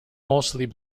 mostly